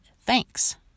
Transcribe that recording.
thanks